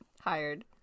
Hired